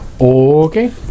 Okay